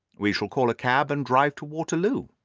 we shall call a cab and drive to waterloo.